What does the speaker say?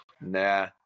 Nah